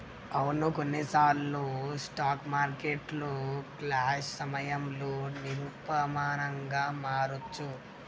అవును కొన్నిసార్లు స్టాక్ మార్కెట్లు క్రాష్ సమయంలో నిరూపమానంగా మారొచ్చు